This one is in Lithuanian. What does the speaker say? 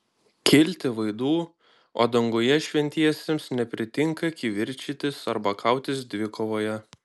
kilti vaidų o danguje šventiesiems nepritinka kivirčytis arba kautis dvikovoje